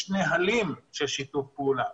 יש נהלים של שיתוף פעולה,